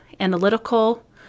analytical